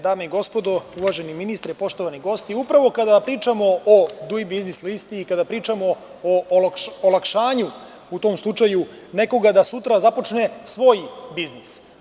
Dame i gospodo, uvaženi ministre, poštovani gosti, upravo kada pričamo o duing biznis listi, kada pričamo o olakšanju u tom slučaju nekoga da sutra započne svoj biznis.